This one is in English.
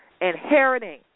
inheriting